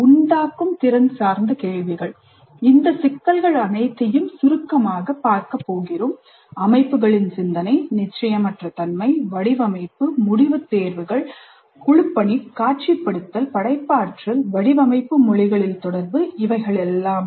உண்டாக்கும் திறன் சார்ந்த கேள்விகள் இந்த சிக்கல்கள் அனைத்தையும் சுருக்கமாகப் பார்க்க போகிறோம் அமைப்புகளின் சிந்தனை நிச்சயமற்ற தன்மை வடிவமைப்பு முடிவு தேர்வுகள் குழுப்பணி காட்சிப்படுத்தல் படைப்பாற்றல் வடிவமைப்பு மொழிகளில் தொடர்பு ஆகியவைகளாகும்